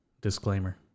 Disclaimer